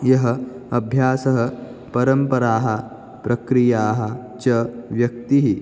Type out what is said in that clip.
यः अभ्यासः परम्पराः प्रक्रियाः च व्यक्तेः